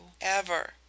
ever